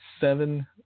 seven